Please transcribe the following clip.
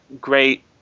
great